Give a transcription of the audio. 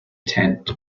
tent